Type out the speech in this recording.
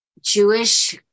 Jewish